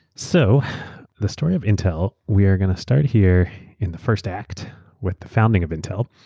so the story of intel, we're going to start here in the first act with the founding of intel.